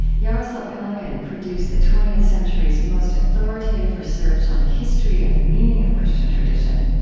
jaroslav pelikan produced the twentieth century's most authoritative research on the history and meaning of christian tradition.